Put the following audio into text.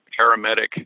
paramedic